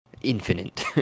infinite